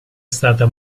stata